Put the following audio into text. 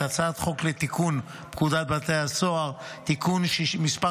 הצעת חוק לתיקון פקודת בתי הסוהר (תיקון מס'